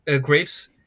grapes